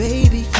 Baby